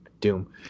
Doom